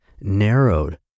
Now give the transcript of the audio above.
narrowed